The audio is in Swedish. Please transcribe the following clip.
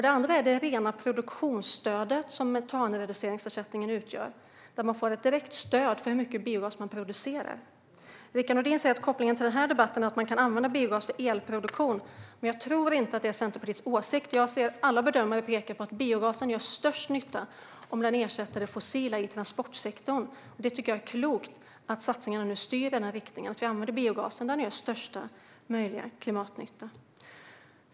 Den andra är det rena produktionsstöd som metanreduceringsersättningen utgör. Där får man ett direkt stöd för hur mycket biogas man producerar. Rickard Nordin säger att kopplingen till den här debatten är att man kan använda biogas för elproduktion, men jag tror inte att det är Centerpartiets åsikt. Alla bedömare pekar på att biogasen gör störst nytta om den ersätter det fossila i transportsektorn. Jag tycker att det är klokt att satsningarna styr i den riktningen att vi använder biogasen där den gör största möjliga klimatnytta.